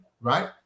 right